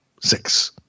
six